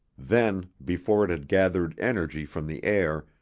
then, before it had gathered energy from the air,